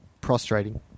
prostrating